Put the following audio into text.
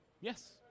Yes